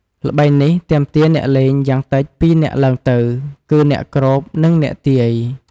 ល្បែងនេះទាមទារអ្នកលេងយ៉ាងតិចពីរនាក់ឡើងទៅ គឺអ្នកគ្រប និងអ្នកទាយ។